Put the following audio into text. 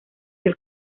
del